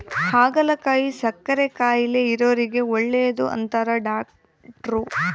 ಹಾಗಲಕಾಯಿ ಸಕ್ಕರೆ ಕಾಯಿಲೆ ಇರೊರಿಗೆ ಒಳ್ಳೆದು ಅಂತಾರ ಡಾಟ್ರು